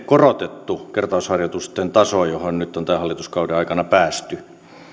korotettu kertausharjoitusten taso johon nyt on tämän hallituskauden aikana päästy